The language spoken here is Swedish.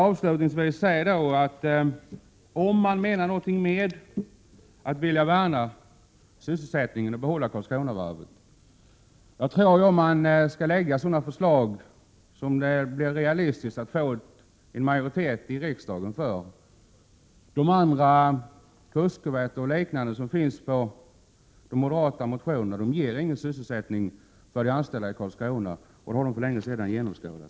Avslutningsvis vill jag säga att om man menar någonting med att vilja värna om sysselsättningen och behålla Karlskronavarvet, tror jag att man skall lägga fram sådana förslag att det blir realistiskt att få en majoritet i riksdagen för dem. Kustkorvetter och liknande som föreslås i moderata motioner ger ingen sysselsättning för de anställda i Karlskrona — och det har de för länge sedan genomskådat.